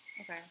Okay